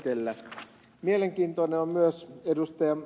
mielenkiintoinen on myös ed